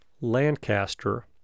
Lancaster